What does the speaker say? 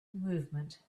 movement